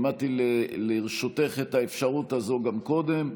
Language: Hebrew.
העמדתי לרשותך את האפשרות הזו גם קודם.